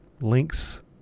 links